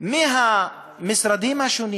מהמשרדים השונים